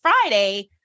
Friday